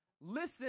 Listen